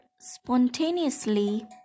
spontaneously